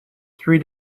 three